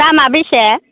दामा बेसे